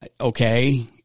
Okay